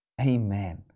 Amen